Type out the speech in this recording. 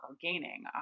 gaining